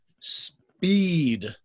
speed